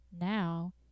Now